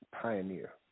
pioneer